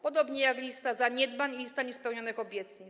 Podobnie jak lista zaniedbań i lista niespełnionych obietnic.